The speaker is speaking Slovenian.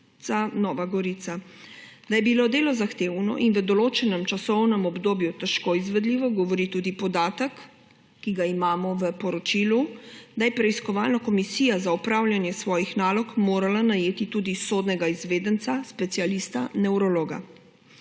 Nova Gorica. Da je bilo delo zahtevno in v določenem časovnem obdobju težko izvedljivo, govori tudi podatek, ki ga imamo v poročilu, da je preiskovalna komisija za opravljanje svojih nalog morala najeti tudi sodnega izvedenca specialista nevrologa.